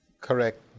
correct